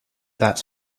that